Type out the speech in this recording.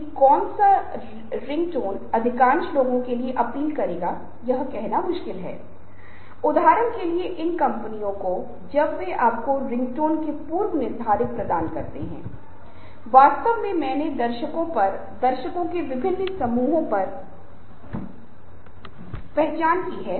और फिर से एक और बात जो लोग साझा करते हैं वह गलत है यह कहते हुए महिलाओं को खेद है कि वास्तव में इसका मतलब यह नहीं है कि उन्हें कुछ गलत करने के बारे में बुरा लगता है लेकिन वे स्थिति के बारे में बुरा महसूस करते हैं